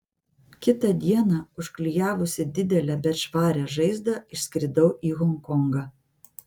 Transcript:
kitą dieną užklijavusi didelę bet švarią žaizdą išskridau į honkongą